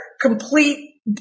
complete